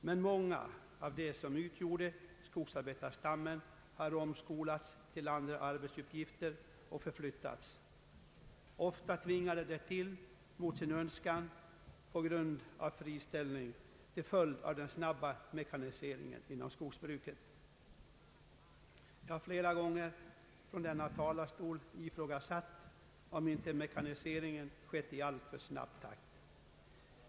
Men många av de människor som utgjorde skogsarbetarstammen har omskolats till andra arbetsuppgifter och förflyttats — ofta tvingade därtill mot sin önskan — på grund av friställning till följd av den snabba mekaniseringen inom skogsbruket. Jag har flera gånger från denna talarstol ifrågasatt om inte mekaniseringen har skett i alltför snabb takt.